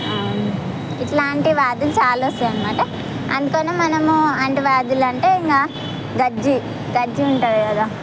ఇట్లాంటి వ్యాధులు చాలా వస్తాయనమాట అందుకనే మనము అంటువ్యాధులంటే ఇంగ గజ్జి గజ్జి ఉంటుంది కదా